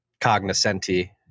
Cognoscenti